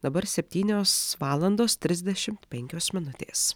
dabar septynios valandos trisdešimt penkios minutės